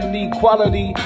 equality